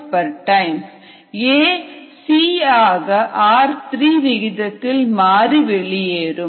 A C ஆக r3 விகிதத்தில் மாறி வெளியேறும்